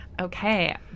Okay